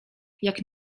jak